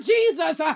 Jesus